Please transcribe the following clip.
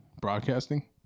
broadcasting